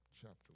chapter